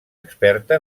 experta